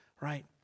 right